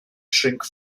shrink